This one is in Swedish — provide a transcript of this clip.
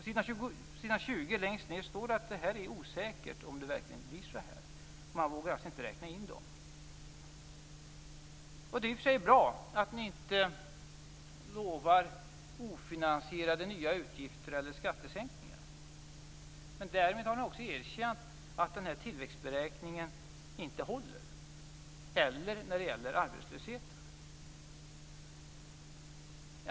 Längst ned på s. 20 i vårpropositionen står det att det är osäkert om det verkligen blir så här. Man vågar alltså inte räkna in dessa pengar. Det är i och för sig bra att regeringen inte utlovar nya ofinansierade utgifter eller skattesänkningar, men därmed har ni också erkänt att den här tillväxtberäkningen inte håller när det gäller arbetslösheten.